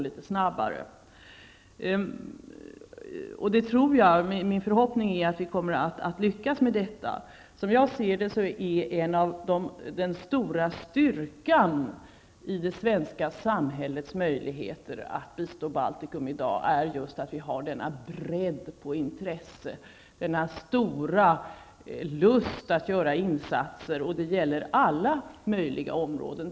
Min förhoppning är att vi kommer att lyckas med detta. Som jag ser det är den stora styrkan i det svenska samhällets möjligheter att bistå Baltikum i dag att vi har den bredd på intresset, denna stora lust att göra insatser. Detta gäller alla möjliga områden.